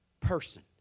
person